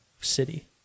city